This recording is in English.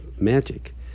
Magic